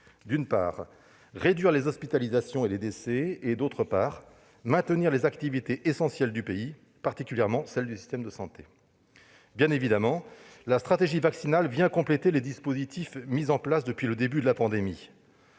d'une part, réduire les hospitalisations et les décès ; d'autre part, maintenir les activités essentielles du pays, particulièrement celles du système de santé. Bien évidemment, la stratégie vaccinale vient compléter les dispositifs mis en place depuis le début de la pandémie.